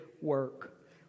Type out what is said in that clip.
work